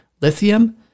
Lithium